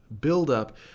buildup